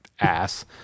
ass